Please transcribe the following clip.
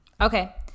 Okay